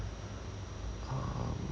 um